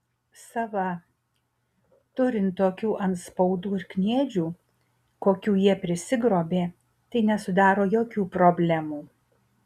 sava turint tokių antspaudų ir kniedžių kokių jie prisigrobė tai nesudaro jokių problemų